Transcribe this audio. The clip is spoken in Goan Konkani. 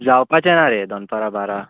जावपाचें ना रे दनपारा बारा